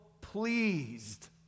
pleased